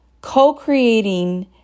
co-creating